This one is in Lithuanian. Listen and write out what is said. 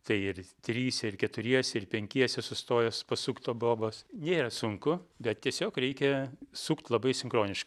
tai ir tryse ir keturiese ir penkiese sustojos pasukt to bobos nėra sunku bet tiesiog reikia sukt labai sinkroniš